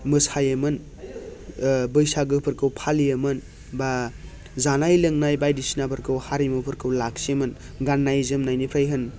मोसायोमोन ओ बैसागोफोरखौ फालियोमोन बा जानाय लोंनाय बायदिसिनाफोरखौ हारिमुफोरखौ लाखियोमोन गाननाय जोमनायनिफ्राय होन